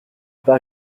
pas